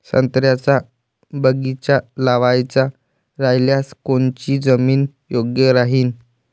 संत्र्याचा बगीचा लावायचा रायल्यास कोनची जमीन योग्य राहीन?